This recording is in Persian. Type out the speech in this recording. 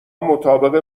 مطابق